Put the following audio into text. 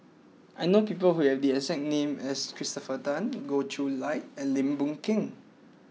I know people who have the exact name as Christopher Tan Goh Chiew Lye and Lim Boon Keng